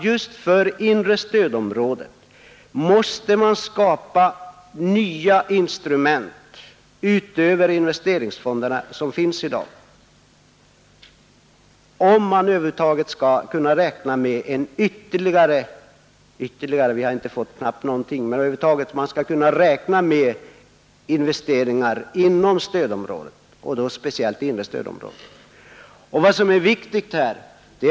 Just för inre stödområdet måste man skapa nya instrument utöver de möjligheter investeringsfonderna ger i dag, om vi över huvud taget skall kunna räkna med en ytterligare — ja, ”ytterligare” är kanske inte det rätta ordet, eftersom vi ju knappt fått någon del härav — investeringar inom stödområdet, speciellt inom det inre stödområdet.